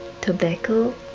Tobacco